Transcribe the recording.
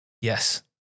Yes